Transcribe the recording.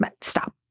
stop